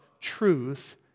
truth